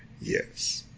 Yes